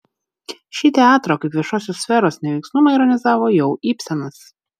šį teatro kaip viešosios sferos neveiksnumą ironizavo jau ibsenas